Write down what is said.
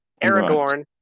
aragorn